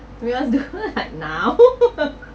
we all do like now